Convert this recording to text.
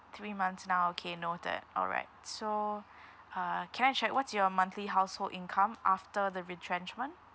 three months now okay noted all right so uh can I check what's your monthly household income after the retrenchment